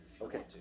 Okay